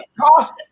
cost